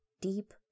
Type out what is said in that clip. deep